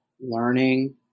learning